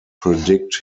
predict